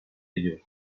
ediyor